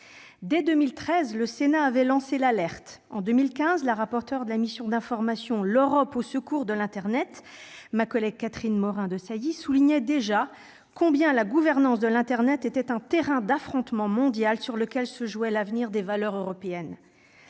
Dès 2013, le Sénat avait lancé l'alerte. En 2015, la rapporteure de la mission d'information relative à l'Europe au secours de l'internet, ma collègue Catherine Morin-Desailly, soulignait déjà combien la gouvernance de l'internet était un terrain d'affrontement mondial sur lequel se jouait l'avenir des valeurs européennes.